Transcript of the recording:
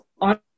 on